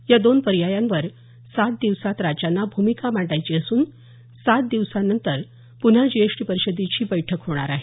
या दोन पर्यायांवर सात दिवसात राज्यांना भूमिका मांडायची असून सात दिवसानंतर पुन्हा जीएसटी परिषदेची बैठक होणार आहे